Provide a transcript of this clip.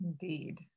Indeed